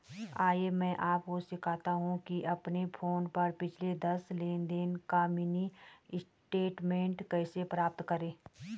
आइए मैं आपको सिखाता हूं कि अपने फोन पर पिछले दस लेनदेन का मिनी स्टेटमेंट कैसे प्राप्त करें